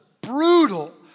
brutal